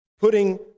Putting